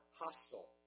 hostile